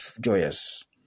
joyous